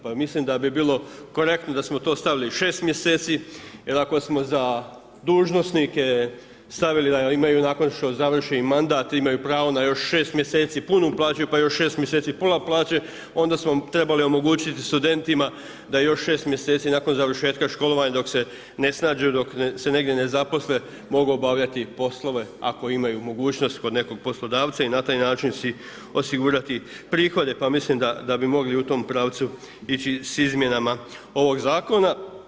Pa mislim da bi bilo korektno da smo to stavili 6 mj. jer ako smo za dužnosnike stavili, da nakon što im završi mandat, imaju pravo na još 6 mj. punu plaću, pa još 6 mj. pola plaće, onda smo trebali omogućiti studentima da još 6 mj. nakon završetka školovanja, dok se ne snađu, dok se negdje ne zaposle mogu obavljati poslove, ako imaju mogućnost kod nekog poslodavca i na taj način si osigurati prihode, pa mislim da bi mogli u tom pravcu ići s izmjenama ovog zakona.